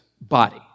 body